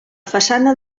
façana